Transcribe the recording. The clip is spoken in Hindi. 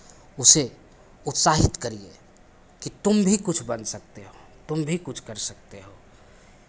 उसे उत्साहित करिए कि तुम भी कुछ बन सकते हो तुम भी कुछ कर सकते हो